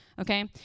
okay